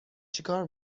چیکار